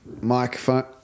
microphone